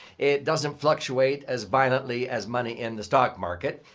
it doesn't fluctuate as violently as money in the stock market.